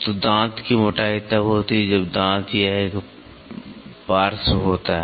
तो दाँत की मोटाई तब होती है जब दाँत यह एक पार्श्व होता है